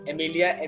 Emilia